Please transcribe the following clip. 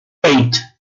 eight